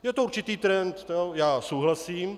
Je to určitý trend, já souhlasím.